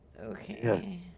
Okay